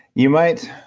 you might